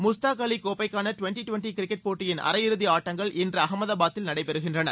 முஸ்தாக் அலி கோப்பைக்கான twenty twenty cricket போட்டியின் அரையிறுதி ஆட்டங்கள் இன்று அஹமதாபாதில் நடைபெறுகின்றன